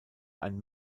ein